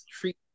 treat